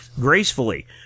gracefully